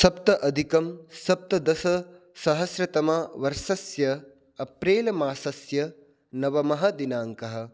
सप्त अधिकं सप्तदशसहस्रतमवर्षस्य अप्रेल् मासस्य नवमः दिनाङ्कः